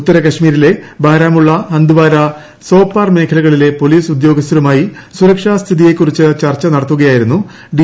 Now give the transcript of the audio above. ഉത്തര കാശ്മീരിലെ ബാരാമുള്ള ഹന്ദ്വാരാ സൊപ്പാറ മേഖലകളിലെ പൊലീസ് ഉദ്യോഗസ്ഥരുമായി സുരക്ഷാ സ്ഥിതിയെക്കുറിച്ച് ചർച്ച നടത്തുകയായിരുന്നു ഡി